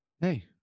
hey